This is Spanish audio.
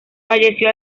falleció